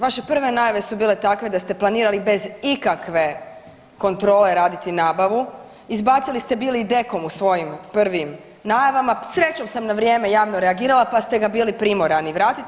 Vaše prve najave su bile takve da ste planirali bez ikakve kontrole raditi nabavu, izbacili ste bili i … [[govornica se ne razumije]] u svojim prvim najavama, srećom sa na vrijeme javno reagirala, pa ste ga bili primorani vratiti.